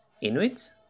Inuit